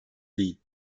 değil